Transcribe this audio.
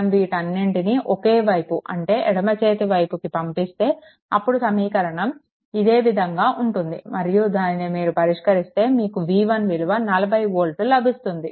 మనం వీటన్నింటినీ ఒకే వైపు అంటే ఎడమ చేతి వైపు కి పంపిస్తే అప్పుడు సమీకరణం ఇదే విధంగా ఉంటుంది మరియు దానిని మీరు పరిష్కరిస్తే మీకు v1 విలువ 40 వోల్ట్లు లభిస్తుంది